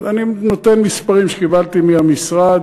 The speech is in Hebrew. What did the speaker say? אני נותן מספרים שקיבלתי מהמשרד.